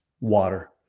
Water